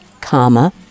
Comma